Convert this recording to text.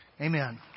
Amen